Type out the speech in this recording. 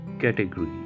category